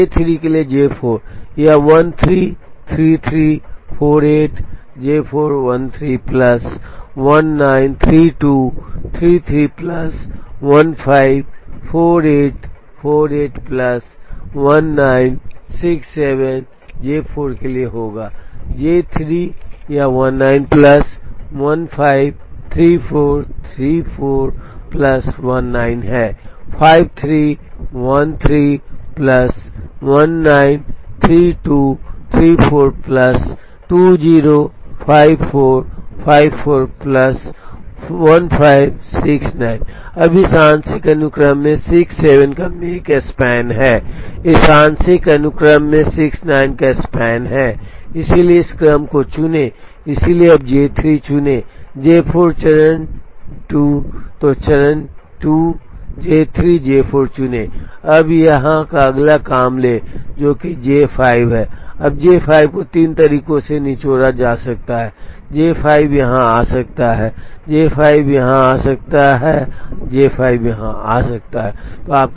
तो J3 के लिए J4 यह 133348 J4 13 plus 193233 plus 154848 plus 1967 J4 के लिए होगा J3 यह 19 प्लस 153434 प्लस 19 है 5313 प्लस 1932 34 प्लस 205454 प्लस 1569 अब इस आंशिक अनुक्रम में 67 का मेक स्पान है इस आंशिक अनुक्रम में 69 का स्पैन है इसलिए इस क्रम को चुनें इसलिए अब J3 चुनें J4 चरण 2 तो चरण 2 J3 J4 चुनें अब यहां अगला काम लें जो कि J5 है अब J5 को तीन तरीकों से निचोड़ा जा सकता है J5 यहां आ सकता है J5 यहां आ सकता है J5 यहां आ सकता है